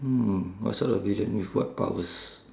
hmm what sort of villain with what powers